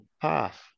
path